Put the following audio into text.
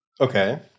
Okay